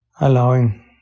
allowing